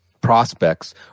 prospects